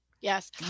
Yes